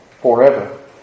forever